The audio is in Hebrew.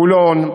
חולון,